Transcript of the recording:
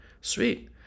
sweet